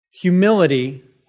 humility